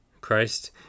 Christ